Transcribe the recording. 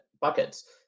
buckets